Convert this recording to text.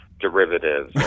derivatives